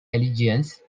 allegiance